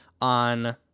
on